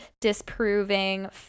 disproving